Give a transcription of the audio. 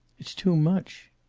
it's too much.